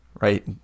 right